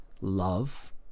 love